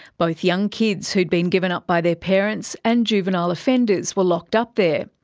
both young kids who'd been given up by their parents and juvenile offenders were locked up there.